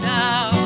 now